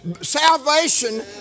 Salvation